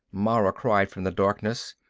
mara cried from the darkness.